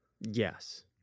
Yes